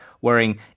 wearing